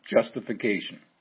justification